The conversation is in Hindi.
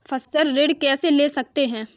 फसल ऋण कैसे ले सकते हैं?